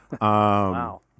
Wow